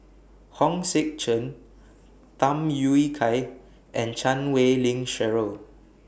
Hong Sek Chern Tham Yui Kai and Chan Wei Ling Cheryl